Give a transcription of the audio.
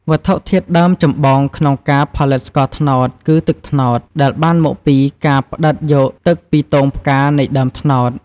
វត្ថុធាតុដើមចម្បងក្នុងការផលិតស្ករត្នោតគឺ ទឹកត្នោត ដែលបានមកពីការផ្ដិតយកទឹកពីទងផ្កានៃដើមត្នោត។